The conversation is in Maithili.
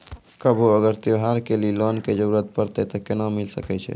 कभो अगर त्योहार के लिए लोन के जरूरत परतै तऽ केना मिल सकै छै?